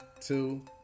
two